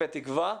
בתקווה.